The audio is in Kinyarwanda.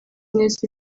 neza